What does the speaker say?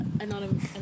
anonymous